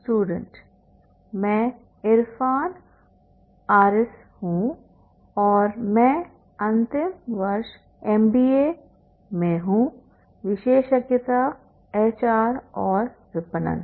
student मैं इरफान हारिस हूं और मैं अंतिम वर्ष एमबीए में हूं विशेषज्ञता एचआर और विपणन